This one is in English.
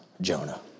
Jonah